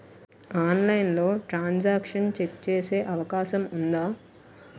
ఆన్లైన్లో transaction check చేసే అవకాశం ఉందా?